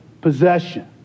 possession